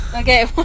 Okay